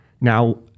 Now